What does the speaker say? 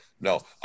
no